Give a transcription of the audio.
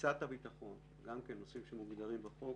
תפיסת הביטחון גם כן נושאים שמוגדרים בחוק